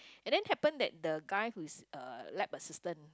and then happen that the guy who's a lab assistant